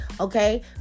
Okay